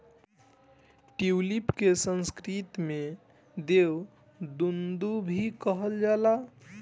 tulip के संस्कृत में देव दुन्दुभी कहल जाला